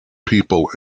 people